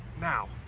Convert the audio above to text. now